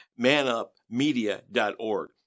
manupmedia.org